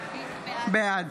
בעד